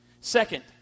Second